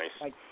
nice